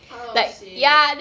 oh shit